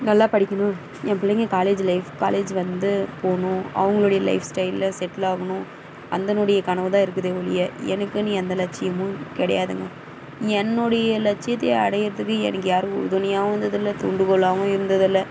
நல்லா படிக்கணும் ஏன் பிள்ளைங்க காலேஜி லைஃப் காலேஜ் வந்து போகணும் அவங்களுடைய லைஃப் ஸ்டைலில் செட்டில் ஆகணும் அந்தனுடைய கனவு தான் இருக்குதே ஒழிய எனக்குன்னு எந்த லட்சியமும் கிடையாதுங்க என்னுடைய லட்சியத்தை அடைகிறத்துக்கு எனக்கு யாரும் உறுதுணையாகவும் இருந்தது இல்ல தூண்டுகோலாகவும் இருந்தது இல்லை